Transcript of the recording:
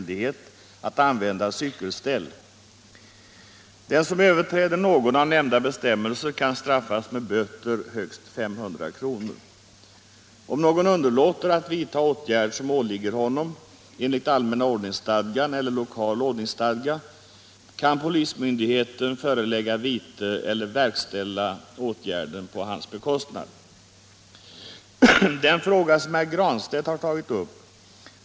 Den fråga som herr Granstedt har tagit upp.